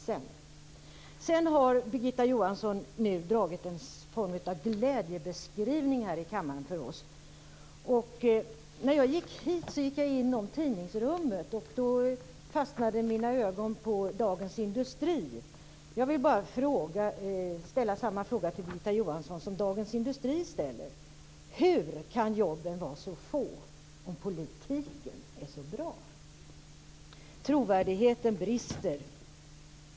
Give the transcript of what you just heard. Men sedan har Birgitta Johansson gjort någon form av glädjebeskrivning för oss här i kammaren. När jag gick hit gick jag genom tidningsrummet. Då fastnade min ögon på Dagens Industri. Jag vill bara ställa samma fråga till Birgitta Johansson som Dagens Industri ställer: Hur kan jobben vara så få om politiken är så bra? Trovärdigheten brister.